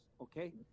okay